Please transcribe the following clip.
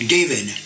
David